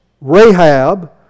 Rahab